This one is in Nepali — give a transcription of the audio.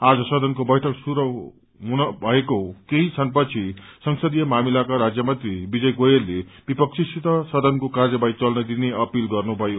आज सदनाको बैठक शुरू हुनभएको केही क्षणपछि संसदीय मामिलाका राज्यमन्त्री विजय गोयलले विपक्षसित सदनको कार्यवाही चल्न दिने अपील गर्नुभयो